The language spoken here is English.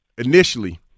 initially